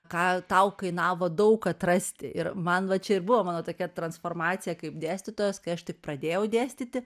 ką tau kainavo daug atrasti ir man va čia ir buvo mano tokia transformacija kai dėstytojas kai aš tik pradėjau dėstyti